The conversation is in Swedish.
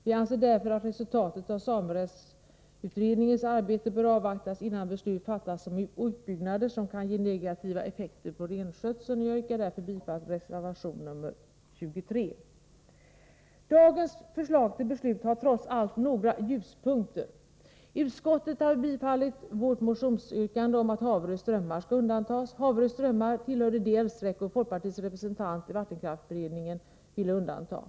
Vi anser därför att resultatet av samerättsutredningens arbete bör avvaktas innan beslut fattas om utbyggnader som kan ha negativa effekter på renskötseln. Jag yrkar bifall till reservation nr 23. Dagens förslag till beslut har trots allt några ljuspunkter. Utskottet har tillstyrkt vårt motionsyrkande om att Haverö strömmar skall undantas. Haverö strömmar tillhörde de älvsträckor folkpartiets representant i vattenkraftsberedningen ville undanta.